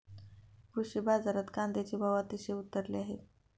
कृषी बाजारात कांद्याचे भाव अतिशय उतरले आहेत